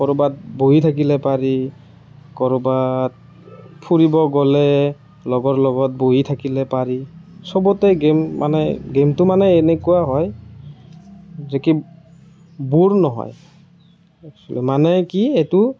ক'ৰবাত বহি থাকিলে পাৰি ক'ৰবাত ফুৰিব গ'লে লগৰ লগত বহি থাকিলে পাৰি সবতে গেম মানে গেমটো মানে এনেকুৱা হয় যে কি ব'ৰ নহয় মানে কি এইটো